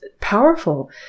powerful